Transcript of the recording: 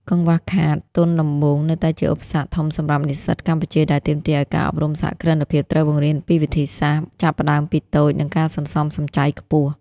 កង្វះខាត "ទុនដំបូង" នៅតែជាឧបសគ្គធំសម្រាប់និស្សិតកម្ពុជា ដែលទាមទារឱ្យការអប់រំសហគ្រិនភាពត្រូវបង្រៀនពីវិធីសាស្ត្រ "ចាប់ផ្ដើមពីតូច" និងការសន្សំសំចៃខ្ពស់។